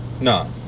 No